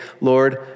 Lord